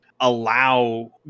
allow